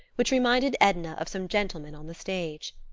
which reminded edna of some gentleman on the stage.